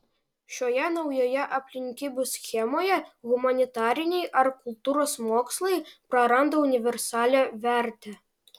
šioje naujoje aplinkybių schemoje humanitariniai ar kultūros mokslai praranda universalią vertę